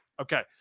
Okay